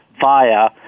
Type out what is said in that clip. via